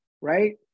right